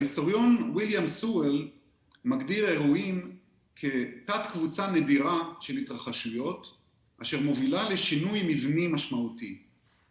ההיסטוריון וויליאם סואל מגדיר אירועים כתת קבוצה נדירה של התרחשויות, אשר מובילה לשינוי מבני משמעותי